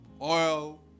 Oil